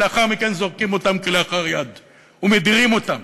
ולאחר מכן זורקים אותם כלאחר יד ומדירים אותם.